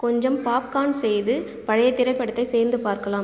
கொஞ்சம் பாப்கான் செய்து பழைய திரைப்படத்தை சேர்ந்து பார்க்கலாம்